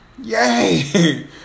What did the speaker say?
Yay